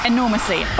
Enormously